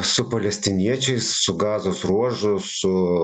su palestiniečiais su gazos ruožu su